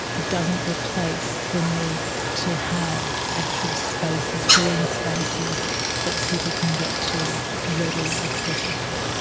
it doesn't replace the need to have actual spaces, green spaces that people can get to, ah readily accessible.